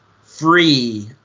Free